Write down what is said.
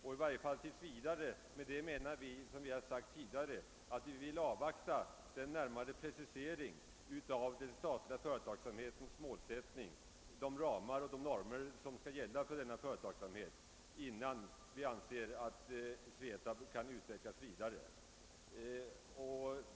Med »i varje fall tills vidare» menar vi, som har sagts tidigare, att vi vill avvakta en närmare precisering av den statliga företagsamhetens målsättning, de ramar och de normer som skall gälla för denna verksamhet, innan vi anser att SVETAB bör utvecklas vidare.